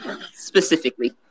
specifically